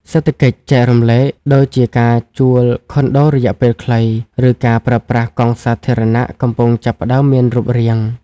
សេដ្ឋកិច្ចចែករំលែក ដូចជាការជួលខុនដូរយៈពេលខ្លី ឬការប្រើប្រាស់កង់សាធារណៈ កំពុងចាប់ផ្ដើមមានរូបរាង។